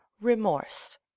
REMORSE